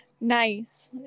nice